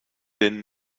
den